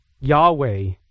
Yahweh